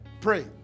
Pray